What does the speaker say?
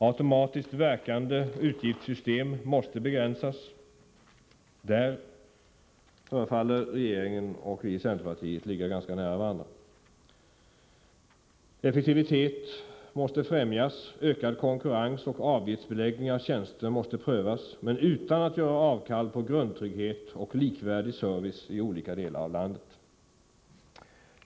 Automatiskt verkande utgiftssystem måste begränsas — där förefaller regeringen och vi i centerpartiet ligga ganska nära varandra. Effektivitet måste främjas. Ökad konkurrens och avgiftsbeläggning av tjänster måste prövas, men utan att man gör avkall på grundtrygghet och likvärdig service i olika delar av landet. 3.